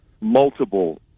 multiple